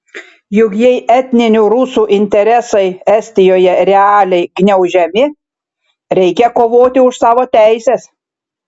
juk jei etninių rusų interesai estijoje realiai gniaužiami reikia kovoti už savo teises